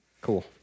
Cool